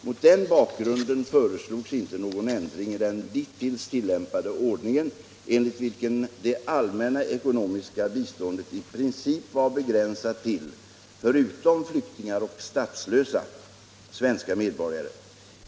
Mot den bakgrunden föreslogs inte någon ändring i den dittills tillämpade ordningen, enligt vil ken det allmänna ekonomiska biståndet i princip var begränsat till — förutom flyktingar och statslösa — svenska medborgare.